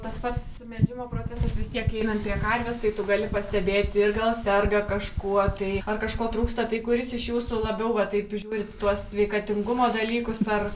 tas pats melžimo procesas vis tiek einam apie karvės tai tu gali pastebėti ir gal serga kažkuo tai ar kažko trūksta tai kuris iš jūsų labiau va taip žiūrit tuos sveikatingumo dalykus ar